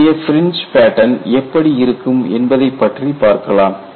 இதனுடைய fringe pattern எப்படி இருக்கும் என்பதைப் பற்றி பார்க்கலாம்